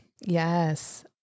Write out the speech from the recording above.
Yes